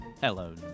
Hello